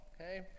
okay